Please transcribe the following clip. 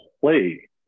play